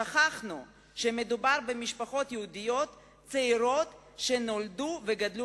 שכחנו שמדובר במשפחות יהודיות צעירות שנולדו וגדלו